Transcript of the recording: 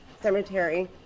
cemetery